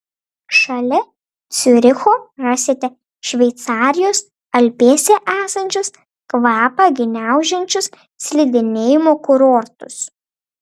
šalia ciuricho rasite šveicarijos alpėse esančius kvapą gniaužiančius slidinėjimo kurortus